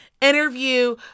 interview